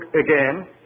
again